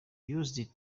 used